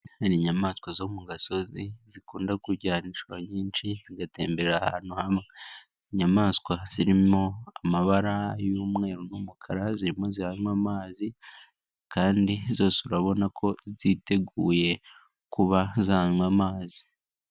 Izi ni inyamaswa zo mu gasozi zikunda kujya inshuro nyinshi zigatembera ahantu hamwe, inyamaswa zirimo amabara y'umweru n'umukara, zirimo ziywa amazi kandi zose urabona ko ziteguye kuba zanywa amazi.